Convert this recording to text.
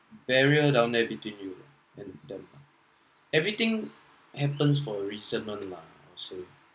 barrier down there between you and them everything happens for a reason [one] mah so